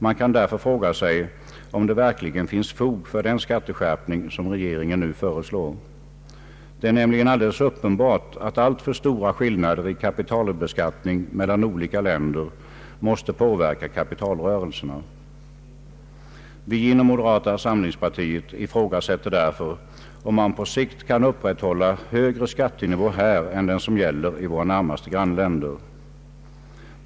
Man kan därför fråga sig om det verkligen finns fog för den skatteskärpning som regeringen nu föreslår. Det är nämligen alldeles uppenbart att alltför stora skillnader i kapitalbeskattning mellan olika länder måste påverka kapitalrörelserna. Vi inom moderata samlingspartiet ifrågasätter därför om man på sikt kan upprätthålla högre skattenivå här än den som gäller i våra närmaste grannländer.